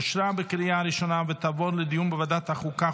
אושרה בקריאה ראשונה ותעבור לדיון בוועדת החוקה,